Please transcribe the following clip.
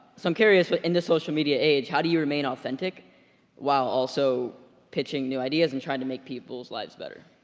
so i'm curious but in the social media age, how do you remain authentic while also pitching new ideas and trying to make people's lives better?